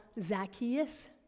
Zacchaeus